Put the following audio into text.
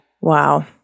Wow